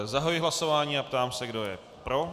Zahajuji hlasování a ptám se, kdo je pro.